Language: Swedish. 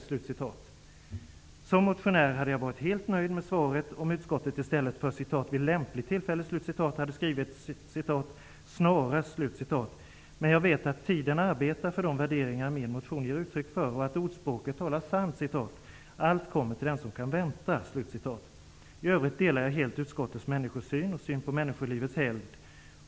Som motionär hade jag varit helt nöjd med svaret, om utskottet i stället för ''vid lämpligt tillfälle'' hade skrivit ''snarast'', men jag vet att tiden arbetar för de värderingar som min motion ger uttryck för och att ordspråket talar sant: ''Allt kommer till den som kan vänta.'' I övrigt delar jag helt utskottets människosyn och syn på människolivets helgd.